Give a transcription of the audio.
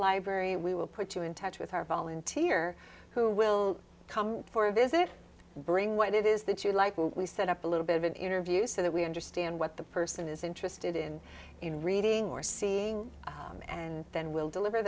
library we will put you in touch with our volunteer who will come for a visit bring what it is that you like we set up a little bit of an interview so that we understand what the person is interested in reading or seeing and then we'll deliver